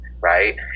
right